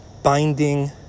Binding